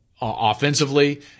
offensively